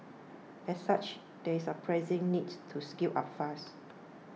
as such there is a pressing need to scale up fast